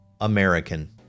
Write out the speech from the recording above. American